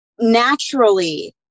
naturally